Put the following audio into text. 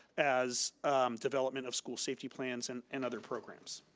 as development of school safety plans and and other programs.